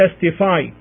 testify